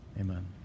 amen